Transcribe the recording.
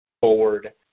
forward